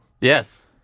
Yes